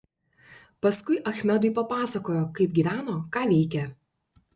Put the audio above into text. paskui achmedui papasakojo kaip gyveno ką veikė